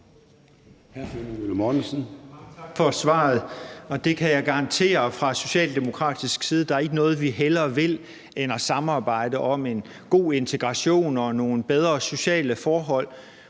tak for svaret. Jeg kan garantere, at der fra socialdemokratisk side ikke er noget, vi hellere vil end at samarbejde om en god integration og nogle bedre sociale forhold.